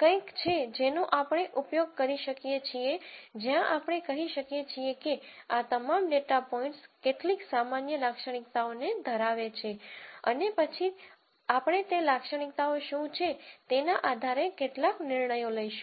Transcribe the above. કંઈક છે જેનો આપણે ઉપયોગ કરી શકીએ છીએ જ્યાં આપણે કહી શકીએ છીએ કે આ તમામ ડેટા પોઇન્ટ્સ કેટલીક સામાન્ય લાક્ષણિકતાઓને ધરાવે કરે છે અને પછી આપણે તે લાક્ષણિકતાઓ શું છે તેના આધારે કેટલાક નિર્ણયો લઈશું